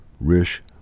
Rish